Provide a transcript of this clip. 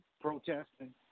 protesting